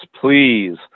please